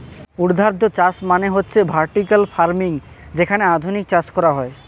ঊর্ধ্বাধ চাষ মানে হচ্ছে ভার্টিকাল ফার্মিং যেখানে আধুনিক চাষ করা হয়